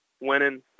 winning